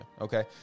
Okay